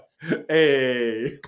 Hey